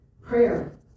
Prayer